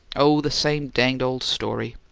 oh, the same danged old story!